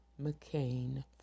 McCain